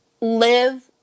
live